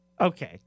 Okay